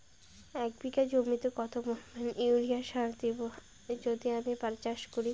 এক বিঘা জমিতে কত পরিমান ইউরিয়া সার দেব যদি আমি পাট চাষ করি?